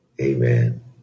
Amen